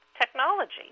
technology